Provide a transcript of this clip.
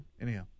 Anyhow